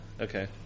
Okay